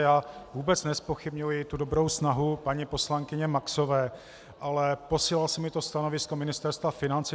Já vůbec nezpochybňuji tu dobrou snahu paní poslankyně Maxové, ale posílal jsem jí stanovisko Ministerstva financí.